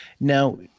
Now